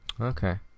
Okay